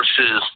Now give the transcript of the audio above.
versus